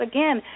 Again